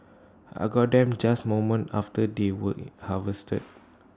I got them just moments after they were IT harvested